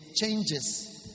changes